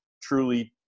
truly